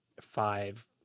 five